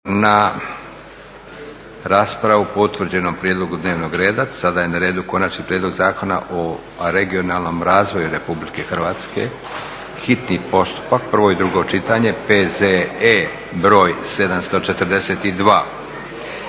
na raspravu po utvrđenom prijedlogu dnevnog reda. Sada je na redu: - Konačni prijedlog Zakona o regionalnom razvoju Republike Hrvatske, hitni postupak, prvo i drugo čitanje, P.Z.E. br. 742;